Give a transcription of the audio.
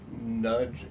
nudge